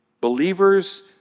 believers